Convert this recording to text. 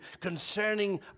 concerning